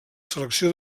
selecció